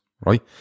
right